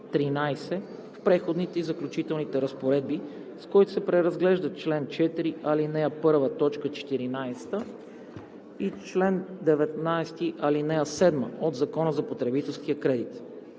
в Преходните и заключителните разпоредби, с който се преразглеждат чл. 4, ал. 1, т. 14 и чл. 19, ал. 7 от Закона за потребителския кредит.